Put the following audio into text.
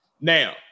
Now